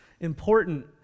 important